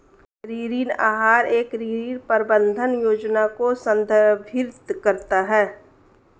ऋण आहार एक ऋण प्रबंधन योजना को संदर्भित करता है